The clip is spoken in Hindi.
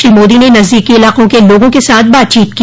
श्री मोदी ने नज़दीकी इलाकों के लोगों के साथ बातचीत की